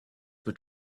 were